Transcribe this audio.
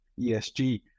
ESG